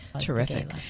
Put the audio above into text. Terrific